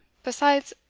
besides,